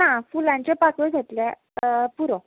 ना फुलांचे पाकळ्यो जातले पुरो